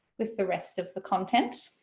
with the rest of the content.